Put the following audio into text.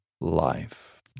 life